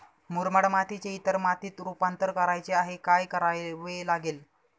मुरमाड मातीचे इतर मातीत रुपांतर करायचे आहे, काय करावे लागेल?